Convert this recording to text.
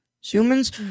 humans